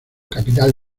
capital